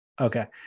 Okay